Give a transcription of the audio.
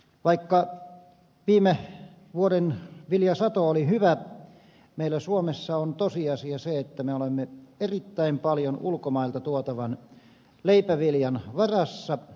vaikka viime vuoden viljasato oli hyvä meillä suomessa on tosiasia se että me olemme erittäin paljon ulkomailta tuotavan leipäviljan varassa